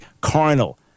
carnal